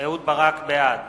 בעד